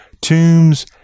Tombs